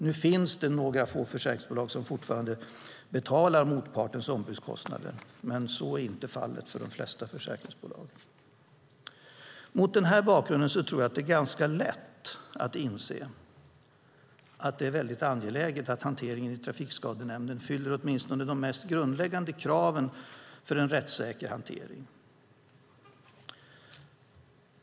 Det finns några få försäkringsbolag som fortfarande betalar motpartens ombudskostnader, men så är inte fallet för de flesta försäkringsbolag. Mot den bakgrunden tror jag att det är ganska lätt att inse att det är mycket angeläget att hanteringen i Trafikskadenämnden fyller åtminstone de mest grundläggande kraven för en rättssäker hantering.